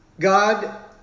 God